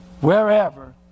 Wherever